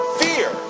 fear